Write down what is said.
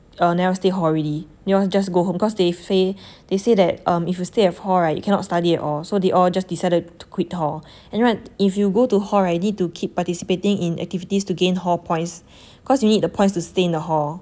err never stay all already you know just go home cause they say they say that um if you stay of hall right you cannot study at all so they all just decided to quit hall and right if you go to hall right you need to keep participating in activities to gain hall points cause you need the points to stay in the hall